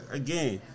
again